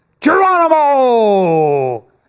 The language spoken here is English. Geronimo